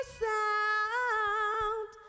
sound